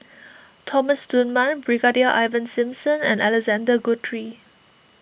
Thomas Dunman Brigadier Ivan Simson and Alexander Guthrie